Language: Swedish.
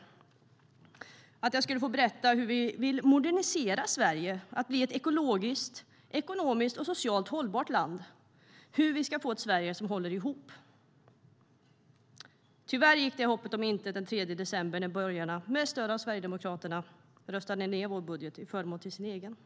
Jag hade hoppats att jag skulle få berätta hur vi vill modernisera Sverige till att bli ett ekologiskt, ekonomiskt och socialt hållbart land och hur vi ska få ett Sverige som håller ihop. Tyvärr gick det hoppet om intet den 3 december när borgarna med stöd av Sverigedemokraterna röstade ned vår budget till förmån för sin egen.